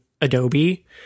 Adobe